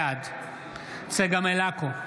בעד צגה מלקו,